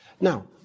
Now